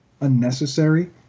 unnecessary